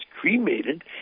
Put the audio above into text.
cremated